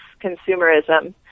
consumerism